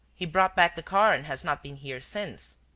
he brought back the car and has not been here since.